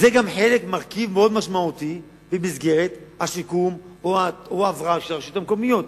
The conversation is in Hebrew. זה מרכיב מאוד משמעותי במסגרת השיקום או ההבראה של הרשויות המקומיות.